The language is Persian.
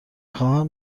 خواهم